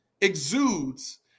exudes